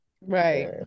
right